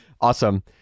Awesome